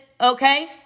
Okay